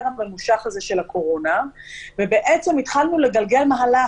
הממושך הזה של הקורונה והתחלנו לגלגל מהלך,